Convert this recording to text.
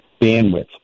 bandwidth